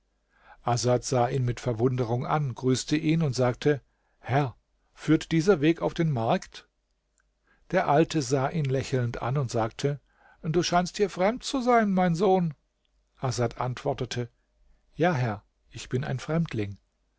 sah ihn mit verwunderung an grüßte ihn und sagte herr führt dieser weg auf den markt der alte sah in lächelnd an und sagte du scheinst hier fremd zu sein mein sohn asad antwortete ja herr ich bin ein fremdling